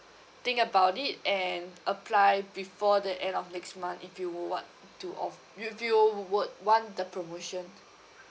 think about it and apply before the end of next month if you want to or if you would want the promotion